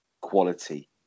quality